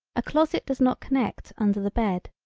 a closet does not connect under the bed.